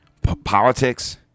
politics